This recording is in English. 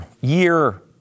year